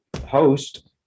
host